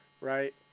Right